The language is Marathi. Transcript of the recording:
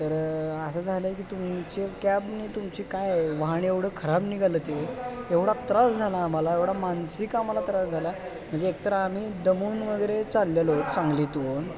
तर असं झालं आहे की तुमचे कॅबने तुमची काय वाहन एवढं खराब निघालं ते एवढा त्रास झाला आम्हाला एवढा मानसिक आम्हाला त्रास झाला म्हणजे एक तर आम्ही दमून वगैरे चाललेलो सांगलीतून